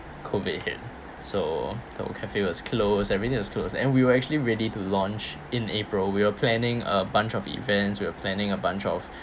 COVID hit so our cafe was closed everything was closed and we were actually ready to launch in april we were planning a bunch of events we were planning a bunch of